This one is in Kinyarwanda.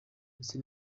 ese